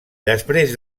després